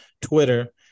Twitter